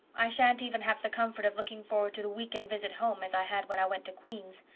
i shan't even have the comfort of looking forward to the weekend visit home, as i had when i went to queen's.